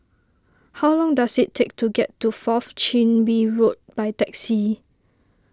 how long does it take to get to Fourth Chin Bee Road by taxi